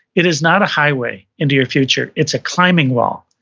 it is not a highway into your future, it's a climbing wall,